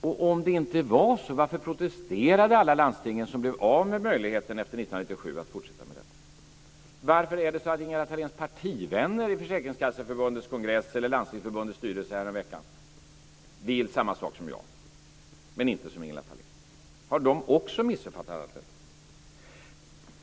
Och om det inte var så, varför protesterade då alla landsting som blev av med möjligheten att fortsätta med detta efter 1997? Varför vill Ingela Thaléns partivänner på Försäkringskasseförbundets kongress eller i Landstingsförbundets styrelse häromveckan samma sak som jag, men inte som Ingela Thalén? Har de också missuppfattat allt detta? Herr talman!